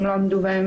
הם לא עמדו בהם,